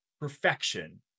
perfection